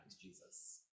Jesus